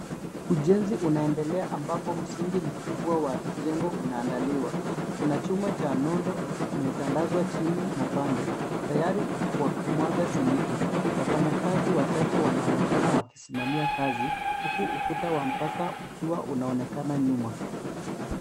Ujenzi unaendelea ambapo msingi mkubwa wa jengo unaandaliwa. Kuna chuma cha nondo kimetandazwa chini na pande tayari kwa kumwaga simiti. Wafanyikazi wachache wanaonekana wakisimamamia kazi huku ukuta wa mpaka ukiwa unaonekana nyuma.